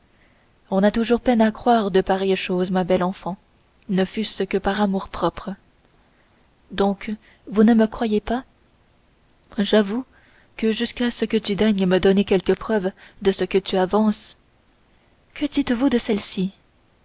on a toujours peine à croire de pareilles choses ma belle enfant ne fût-ce que par amour-propre donc vous ne me croyez pas j'avoue que jusqu'à ce que tu daignes me donner quelques preuves de ce que tu avances que dites-vous de celle-ci